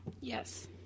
yes